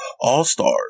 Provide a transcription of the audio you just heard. All-Stars